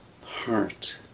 heart